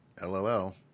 LOL